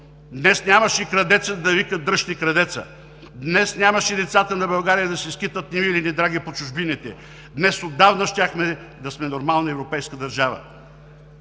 Днес нямаше „крадецът да вика дръжте крадеца“. Днес нямаше децата на България да се скитат немили-недраги по чужбините. Днес отдавна щяхме да сме нормална европейска държава.